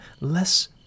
less